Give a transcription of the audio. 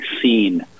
seen